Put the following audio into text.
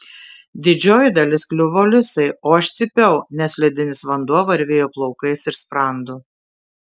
didžioji dalis kliuvo lisai o aš cypiau nes ledinis vanduo varvėjo plaukais ir sprandu